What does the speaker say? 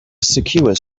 secure